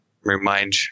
remind